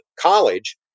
college